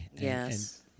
Yes